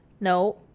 No